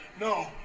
No